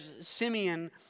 Simeon